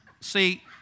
See